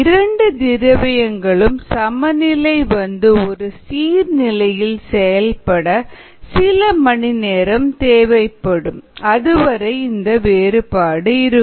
இரண்டு திரவியங்களும் சமநிலைக்கு வந்து ஒரு சீர் நிலையில் செயல்பட சில மணி நேரம் தேவைப்படும் அதுவரை இந்த வேறுபாடு இருக்கும்